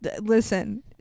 Listen